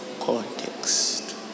context